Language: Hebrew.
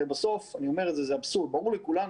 הרי בסוף, אני אומר את זה וזה אבסורד, ברור לכולנו